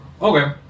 Okay